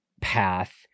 path